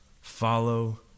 follow